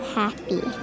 happy